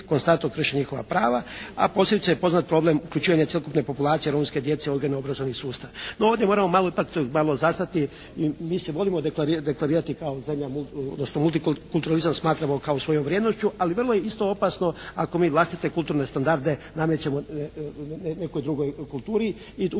konstantno krše njihova prava, a posebice je poznat problem uključivanje sveukupne populacije romske djece u odgojno-obrazovni sustav. No ovdje moramo malo ipak zastati i mi se volimo deklarirati kao zemlja multikulturizam smatramo kao svoju vrijednošću, ali vrlo je isto opasno ako mi vlastite kulturne standarde namećemo nekoj drugoj kulturi i upravo